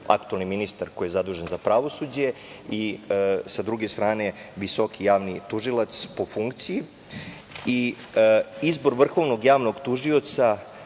aktuelni ministar koji je zadužen za pravosuđe i, sa druge strane, Visoki javni tužilac po funkciji. Izbor vrhovnog javnog tužioca